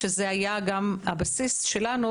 שזה היה גם הבסיס שלנו,